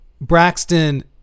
Braxton